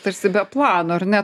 tarsi be plano ar ne